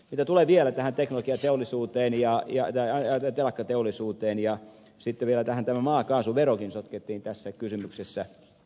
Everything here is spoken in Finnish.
mitä tulee vielä tähän teknologiateollisuuteen ja telakkateollisuuteen ja sitten vielä tähän tämä maakaasuverokin sotkettiin tässä kysymyksessä